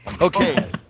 Okay